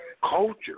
Culture